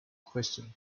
question